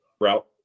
route